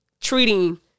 treating